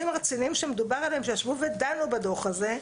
הרציניים שמדובר עליהם שישבו ודנו בדו"ח הזה,